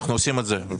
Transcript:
אנחנו עושים את זה.